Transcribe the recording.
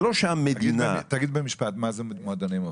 תגיד במשפט מה זה מועדוני מופת.